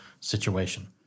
situation